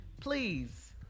Please